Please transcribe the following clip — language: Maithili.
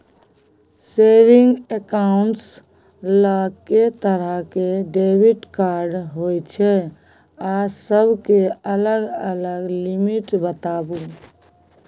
सेविंग एकाउंट्स ल के तरह के डेबिट कार्ड होय छै आ सब के अलग अलग लिमिट बताबू?